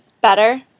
better